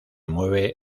mueve